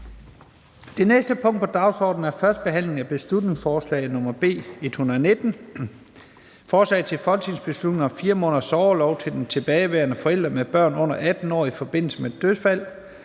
Det næste punkt på dagsordenen er: 15) 1. behandling af beslutningsforslag nr. B 119: Forslag til folketingsbeslutning om 4 måneders sorgorlov til den tilbageværende forælder med børn under 18 år i forbindelse med dødsfald